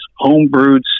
homebrewed